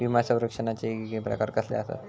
विमा सौरक्षणाचे येगयेगळे प्रकार कसले आसत?